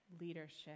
leadership